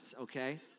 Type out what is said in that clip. okay